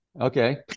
Okay